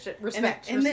Respect